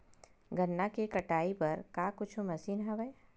गन्ना के कटाई बर का कुछु मशीन हवय?